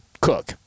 cook